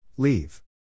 Leave